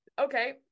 okay